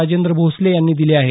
राजेंद्र भोसले यांनी दिले आहेत